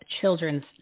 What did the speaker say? Children's